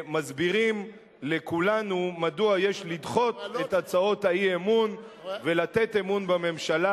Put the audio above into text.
מסבירים לכולנו מדוע יש לדחות את הצעות האי-אמון ולתת אמון בממשלה,